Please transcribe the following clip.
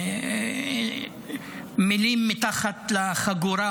מילים מתחת לחגורה,